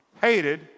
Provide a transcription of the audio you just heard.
hated